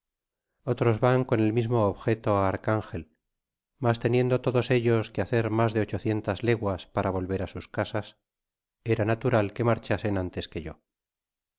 otros van con e mismo objeto á archangel mas teniendo todos ellos que hacer mas de ochocientas leguas para volver á sus casas era natural que marchasen antes que yo